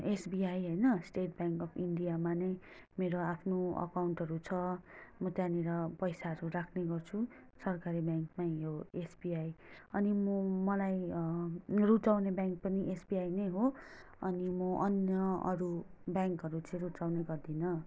ABI होइन State Bank of इन्डियामा नै मेरो आफ्नो एकाउन्टहरू छ म त्यहाँनिर पैसाहरू राख्ने गर्छु सरकारी ब्याङ्कमा यो एसबिआई अनि म मलाई रुचाउने ब्याङ्क पनि एसबिआई नै हो अनि म अन्य अरू ब्याङ्कहरू चाहिँ रुचाउने गर्दिनँ